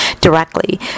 directly